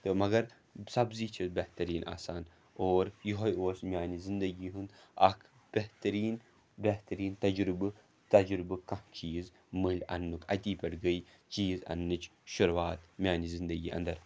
تہِ مگر سبزی چھِ بہتریٖن آسان اور یِہوٚے اوس میٛانہِ زندگی ہُنٛد اَکھ بہتریٖن بہتریٖن تَجرُبہٕ تَجرُبہٕ کانٛہہ چیٖز مٔلۍ انٛنُک اَتی پٮ۪ٹھ گٔے چیٖز انٛنٕچ شروٗعات میٛانہِ زِندگی انٛدر